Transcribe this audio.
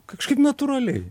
kažkaip natūraliai